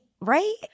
right